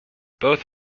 both